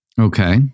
Okay